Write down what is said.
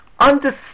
Understand